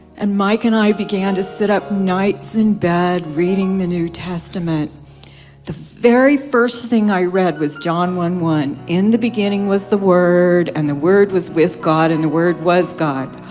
and mike and i began to sit up nights in bed reading the new, testament the very first thing i read was john one one in the beginning, was the word and the word was with god and the word was god?